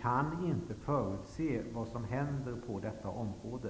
kan vara överens om att vi inte kan förutse vad som händer på detta område.